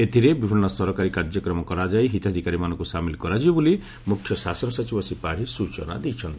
ଏଥିରେ ବିଭିନ୍ନ ସରକାରୀ କାର୍ଯ୍ୟକ୍ରମ କରାଯାଇ ହିତାଧିକାରୀମାନଙ୍କୁ ସାମିଲ କରାଯିବ ବୋଲି ମୁଖ୍ୟ ଶାସନ ସଚିବ ଶ୍ରୀ ପାତ୍ତୀ ସ୍ଚନା ଦେଇଛନ୍ତି